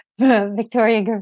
Victoria